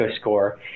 score